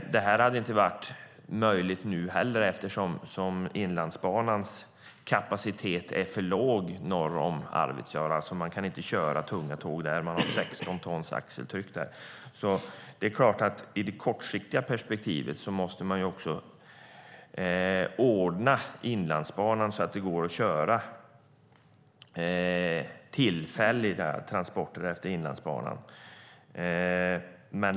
Detta hade inte varit möjligt nu heller eftersom Inlandsbanans kapacitet är för låg norr om Arvidsjaur. Man kan inte köra tunga tåg där; man har 16 tons axeltryck. I ett kortsiktigt perspektiv måste man ordna Inlandsbanan så att det går att köra tillfälliga transporter där.